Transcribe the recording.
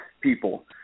people